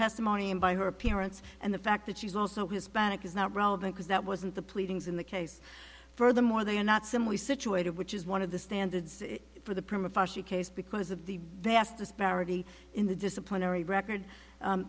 testimony and by her appearance and the fact that she's also hispanic is not relevant because that wasn't the pleadings in the case furthermore they are not simply situated which is one of the standards for the prima fascia case because of the vast disparity in the disciplinary record